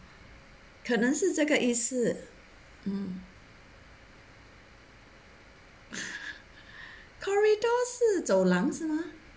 可能是这个意思 corridor 是走廊是吗